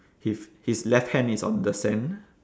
his his left hand is on the sand